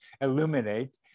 illuminate